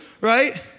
right